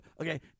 okay